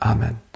Amen